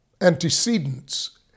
antecedents